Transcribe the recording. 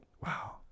wow